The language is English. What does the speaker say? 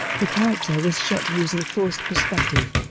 the character was shot using forced perspective,